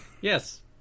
Yes